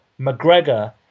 McGregor